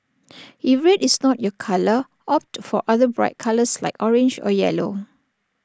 if red is not your colour opt for other bright colours like orange or yellow